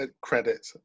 credit